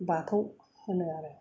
बाथौ होनो आरो